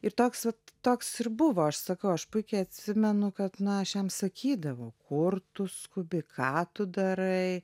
ir toks vat toks ir buvo aš sakau aš puikiai atsimenu kad aš jam sakydavau kur tu skubi ką tu darai